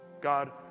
God